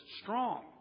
strong